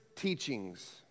teachings